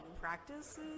practices